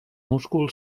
múscul